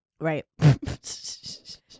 Right